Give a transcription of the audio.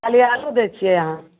खाली आलू दै छियै अहाँ